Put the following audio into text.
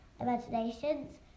imaginations